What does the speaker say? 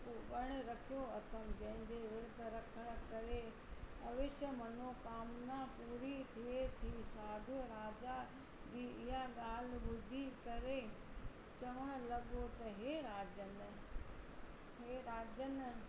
पण रखियो अथमि जंहिंजे विर्त रखणु करे अवश्य मनोकामना पूरी थिए थी साधूअ राजा जी इहा ॻाल्हि ॿुधी करे चवणु लॻो त हे राजन हे राजन